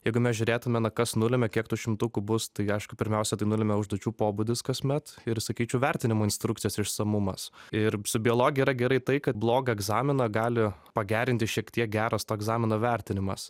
jeigu mes žiūrėtume na kas nulemia kiek tų šimtukų bus tai aišku pirmiausia tai nulemia užduočių pobūdis kasmet ir sakyčiau vertinimo instrukcijos išsamumas ir su biologija yra gerai tai kad blogą egzaminą gali pagerinti šiek tiek geras to egzamino vertinimas